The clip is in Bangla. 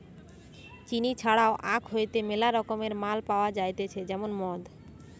চিনি ছাড়াও আখ হইতে মেলা রকমকার মাল পাওয়া যাইতেছে যেমন মদ